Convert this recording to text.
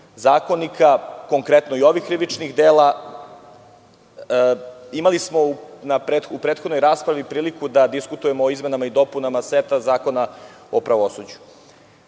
zakonika, konkretno i ovih krivičnih dela. Imali smo u prethodnoj raspravi priliku da diskutujemo o izmenama i dopunama seta zakona o pravosuđu. Na